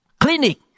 clinic